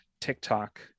TikTok